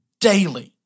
daily